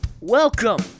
Welcome